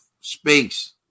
space